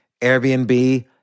Airbnb